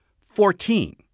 Fourteen